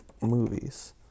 movies